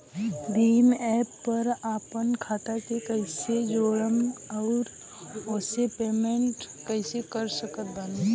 Bhim app पर आपन खाता के कईसे जोड़म आउर ओसे पेमेंट कईसे कर सकत बानी?